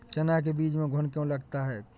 चना के बीज में घुन क्यो लगता है?